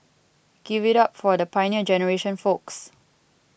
give it up for the Pioneer Generation folks